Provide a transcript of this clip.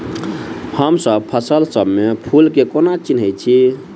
हमसब फसल सब मे फूल केँ कोना चिन्है छी?